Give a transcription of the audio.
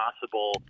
possible